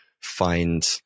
find